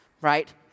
right